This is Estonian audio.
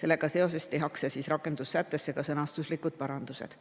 Sellega seoses tehakse rakendussättes ka sõnastuslikud parandused.